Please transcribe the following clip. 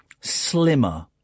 slimmer